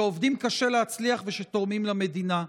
שעובדים קשה להצליח ושתורמים למדינה.